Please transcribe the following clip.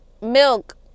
milk